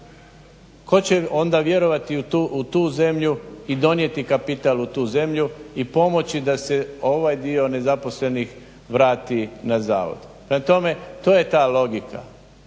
Tko će onda vjerovati u tu zemlju i donijeti kapital u tu zemlju i pomoći da se ovaj dio nezaposlenih vrati na zavod. Prema tome,